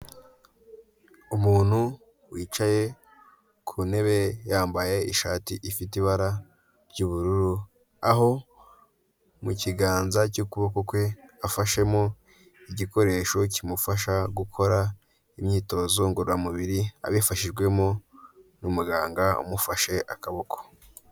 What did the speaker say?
Umuntu wicaye ku ntebe yambaye ishati ifite ibara ry'ubururu, aho mu kiganza cy'ukuboko kwe afashemo igikoresho kimufasha gukora imyitozo ngororamubiri, abifashijwemo n'umuganga umufashe akaboko.